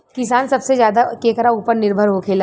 किसान सबसे ज्यादा केकरा ऊपर निर्भर होखेला?